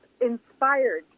inspired